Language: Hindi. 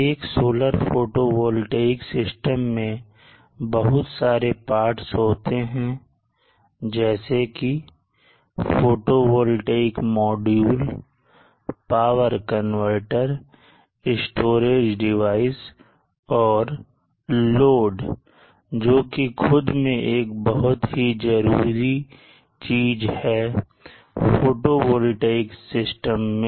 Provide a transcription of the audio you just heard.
एक सोलर फोटोवॉल्टिक सिस्टम में बहुत सारे पार्ट होते हैं जैसे कि photovoltaic module power converter storage devices और लोड जो कि खुद में एक बहुत ही जरूरी चीज है फोटोवोल्टेक सिस्टम में